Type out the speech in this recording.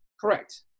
Correct